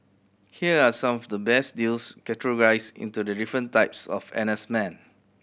here are some of the best deals categorised into the different types of N S men